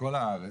בכל הארץ,